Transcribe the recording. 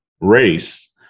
race